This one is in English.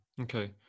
okay